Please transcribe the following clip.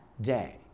day